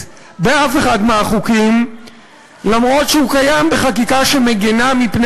באף אחד מהחוקים אף שהוא קיים בחקיקה שמגינה מפני